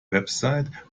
website